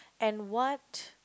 and what